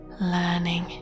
Learning